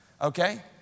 Okay